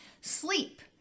Sleep